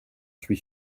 suis